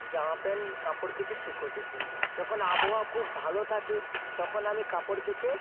জামা প্যান্ট কাপড় কেচে শুকোতে দিই যখন আবহাওয়া খুব ভালো থাকে তখন আমি কাপড় কেচে